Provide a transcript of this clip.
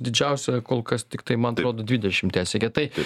didžiausia kol kas tiktai man atrodo dvidešim tesiekia tai